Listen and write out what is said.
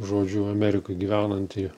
žodžiu amerikoj gyvenanti